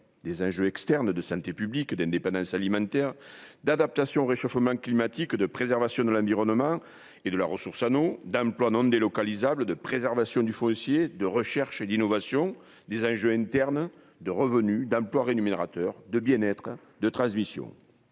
des enjeux externes de santé publique d'indépendance alimentaire d'adaptation au réchauffement climatique, de préservation de l'environnement et de la ressource anneaux d'emplois non délocalisables de préservation du foncier, de recherche et d'innovation des enjeux internes de revenu d'emploi rémunérateur de bien-être, de transmission